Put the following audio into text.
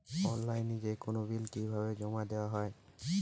অনলাইনে যেকোনো বিল কিভাবে জমা দেওয়া হয়?